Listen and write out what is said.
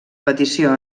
petició